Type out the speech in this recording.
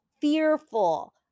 fearful